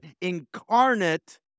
incarnate